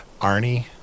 Arnie